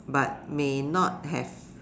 but may not have